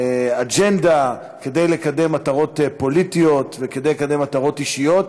אג'נדה כדי לקדם מטרות פוליטיות וכדי לקדם מטרות אישיות.